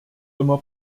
immer